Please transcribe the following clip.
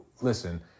listen